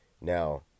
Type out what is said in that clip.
Now